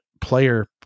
player